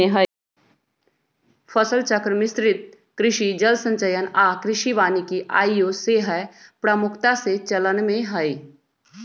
फसल चक्र, मिश्रित कृषि, जल संचयन आऽ कृषि वानिकी आइयो सेहय प्रमुखता से चलन में हइ